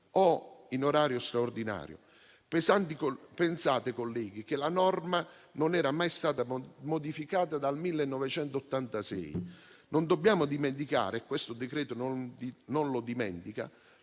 o in orario straordinario. Pensate, colleghi, che la norma non era mai stata modificata dal 1986. Non dobbiamo dimenticare - e questo provvedimento